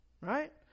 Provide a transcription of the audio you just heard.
Right